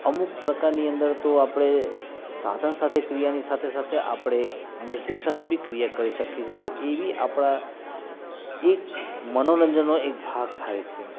અમુક પ્રકારની અંદર તો આપણે સાધન સાથે ક્રિયાની સાથે સાથે આપણે મ્યુઝિક સાથે બી ક્રિયા કરી શકીએ છીએ તો એ બી આપણા એક માનોરંજનનો એક ભાગ થાય છે